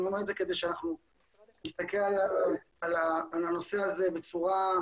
אני אומר את זה כדי שנסתכל על הנושא הזה עם המבט